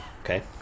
Okay